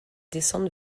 descente